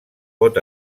pot